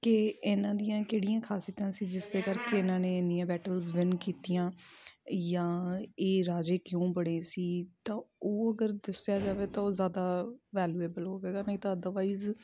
ਕਿ ਇਹਨਾਂ ਦੀਆਂ ਕਿਹੜੀਆਂ ਖ਼ਾਸੀਅਤਾਂ ਸੀ ਜਿਸ ਦੇ ਕਰਕੇ ਇਹਨਾਂ ਨੇ ਇੰਨੀਆਂ ਬੈਟਲਸ ਵਿਨ ਕੀਤੀਆਂ ਜਾਂ ਇਹ ਰਾਜੇ ਕਿਉਂ ਬਣੇ ਸੀ ਤਾਂ ਉਹ ਅਗਰ ਦੱਸਿਆ ਜਾਵੇ ਤਾਂ ਉਹ ਜ਼ਿਆਦਾ ਵੈਲੂਏਬਲ ਹੋਵੇਗਾ ਨਹੀਂ ਤਾਂ ਅਦਰਵਾਈਜ